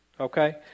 Okay